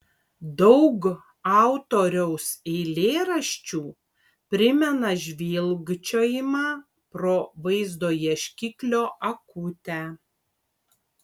daug autoriaus eilėraščių primena žvilgčiojimą pro vaizdo ieškiklio akutę